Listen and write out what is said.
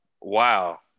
Wow